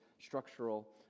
structural